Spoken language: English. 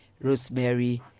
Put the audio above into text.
Rosemary